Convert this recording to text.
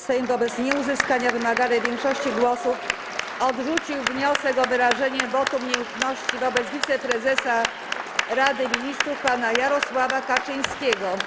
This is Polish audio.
Sejm wobec nieuzyskania wymaganej większości głosów odrzucił wniosek o wyrażenie wotum nieufności wobec wiceprezesa Rady Ministrów pana Jarosława Kaczyńskiego.